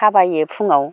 थाबायो फुङाव